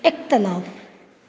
इख़्तिलाफ़ु